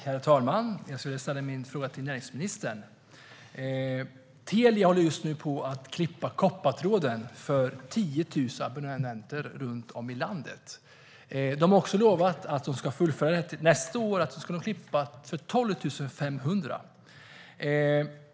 Herr talman! Jag vill ställa min fråga till näringsministern. Telia håller just nu på att klippa koppartråden för 10 000 abonnenter runt om i landet. Man har lovat att fullfölja detta nästa år, då man ska klippa tråden för 12 500.